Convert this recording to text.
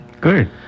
Good